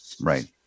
right